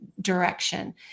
direction